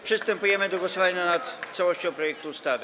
Przystępujemy do głosowania nad całością projektu ustawy.